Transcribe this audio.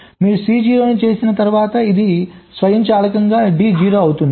మీరు C 0 ను చేసిన తర్వాత అది స్వయంచాలకంగా D 0 అవుతుంది